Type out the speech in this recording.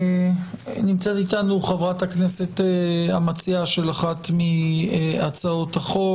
נמצאת איתנו חברת הכנסת המציעה של אחת מהצעות החוק.